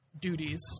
duties